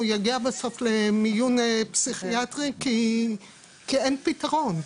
הוא יגיע בסוף למיון פסיכיאטרי כי אין פתרון.